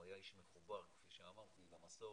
הוא היה איש מחובר כפי שאמרתי למסורת.